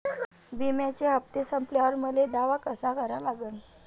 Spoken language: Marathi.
बिम्याचे हप्ते संपल्यावर मले दावा कसा करा लागन?